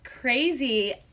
crazy